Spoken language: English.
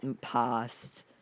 past